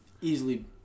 Easily